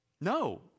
No